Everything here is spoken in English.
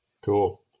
Cool